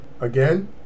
again